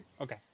Okay